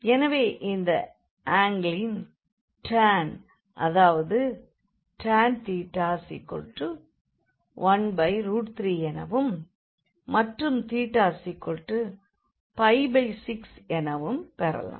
எனவே இந்த ஆங்கிளின் டான் அதாவது tan 13எனவும் மற்றும் 6எனவும் நாம் பெறலாம்